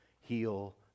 heal